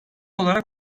olarak